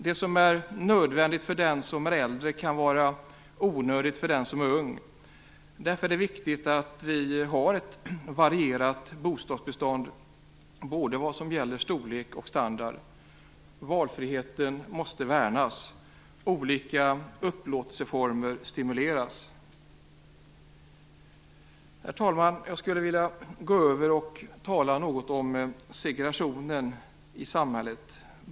Det som är nödvändigt för den som är äldre kan vara onödigt för den som är ung. Därför är det viktigt att vi har ett varierat bostadsbestånd både när det gäller storlek och standard. Valfriheten måste värnas och olika upplåtelseformer stimuleras. Herr talman! Jag skulle vilja säga något om bostadssegregationen i samhället.